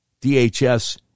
DHS